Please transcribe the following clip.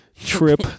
trip